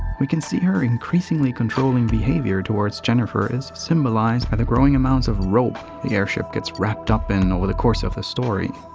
we can see her increasingly controlling behavior towards jennifer symbolized by the growing amounts of rope the airship gets wrapped up in over the course of the story.